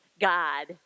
God